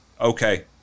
Okay